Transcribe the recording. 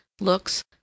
looks